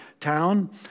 town